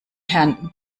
herrn